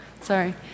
sorry